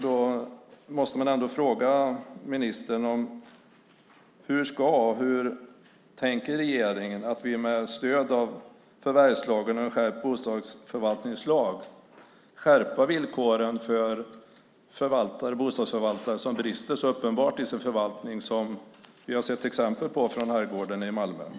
Då måste jag fråga ministern: Hur tänker regeringen att vi med stöd av förvärvslagen och en skärpt bostadsförvaltningslag ska skärpa villkoren för bostadsförvaltare som så uppenbart brister i sin förvaltning som vi i Herrgården i Malmö har sett exempel på?